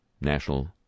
National